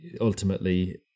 ultimately